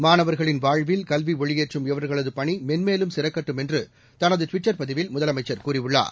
மாணவர்களின் வாழ்வில் கல்வி ஒளியேற்றும் இவர்களது பணி மென்மேலும் சிறக்கட்டும் என்று தனது ட்விட்டர் பதிவில் முதலமைச்சர் கூறியுள்ளார்